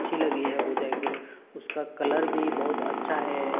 अच्छी लगी है वो जैकेट उसका कलर भी बहुत अच्छा है